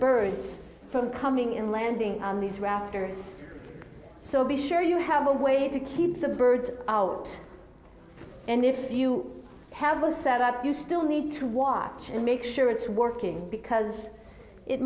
birds from coming in landing on these rafters so be sure you have a way to keep the birds out and if you have a set up you still need to watch and make sure it's working because it